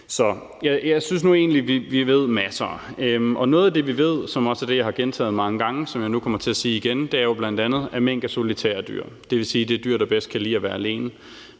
Så jeg synes nu egentlig, at vi ved en masse. Noget af det, vi ved, og som også er det, jeg har gentaget mange gange, og som jeg nu kommer til at sige igen, er jo bl.a., at mink er solitære dyr. Det vil sige, det er dyr, der bedst kan lide at være alene.